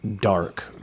dark